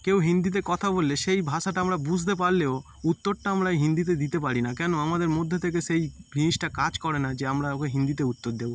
কেউ হিন্দিতে কথা বললে সেই ভাষাটা আমরা বুঝতে পারলেও উত্তরটা আমরা হিন্দিতে দিতে পারি না কেন আমাদের মধ্যে থেকে সেই জিনিসটা কাজ করে না যে আমরা ওকে হিন্দিতে উত্তর দেব